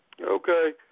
Okay